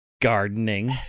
Gardening